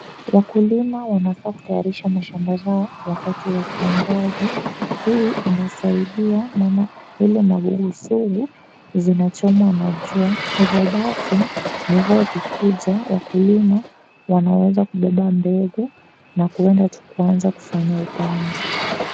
Wakulima wanafaa kutayarisha mashamba zao wakati wa kiangazi. Hii inasaidia maana zile magugu sugu zinachomwa na jau hivo basi mvua ikikuja wakulima wanaweza kubeba mbegu na kuenda kuanza kufanya upanzi.